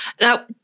Now